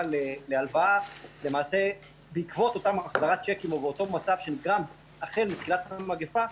להלוואה בעקבות החזרת הצ'קים והמצב שנגרם החל מתחילת המגפה,